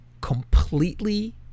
completely